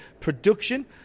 production